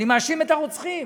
אני מאשים את הרוצחים.